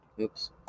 Oops